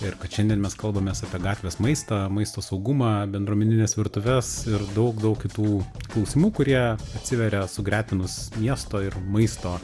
ir kad šiandien mes kalbamės apie gatvės maistą maisto saugumą bendruomenines virtuves ir daug daug kitų klausimų kurie atsiveria sugretinus miesto ir maisto